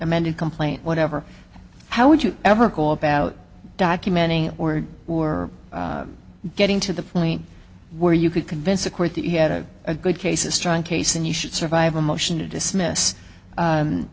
amended complaint whatever how would you ever go about documenting it or or getting to the point where you could convince a court that you had a good case a strong case and you should survive a motion to dismiss